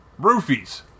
Roofies